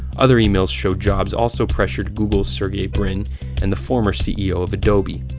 other emails show jobs also pressured google's sergey brin and the former ceo of adobe.